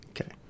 Okay